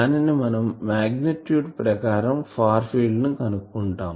దానిని మనం మాగ్నిట్యూడ్ ప్రకారం ఫార్ ఫీల్డ్ ని కనుక్కుంటాం